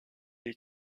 est